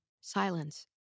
silence